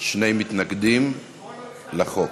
שני מתנגדים לחוק.